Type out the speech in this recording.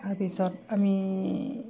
তাৰপিছত আমি